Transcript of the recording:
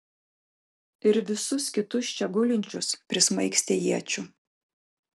ir visus kitus čia gulinčius prismaigstė iečių